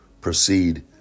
proceed